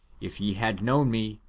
if ye had known me,